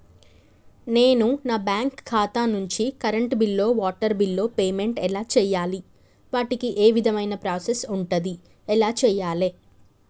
నేను నా బ్యాంకు ఖాతా నుంచి కరెంట్ బిల్లో వాటర్ బిల్లో పేమెంట్ ఎలా చేయాలి? వాటికి ఏ విధమైన ప్రాసెస్ ఉంటది? ఎలా చేయాలే?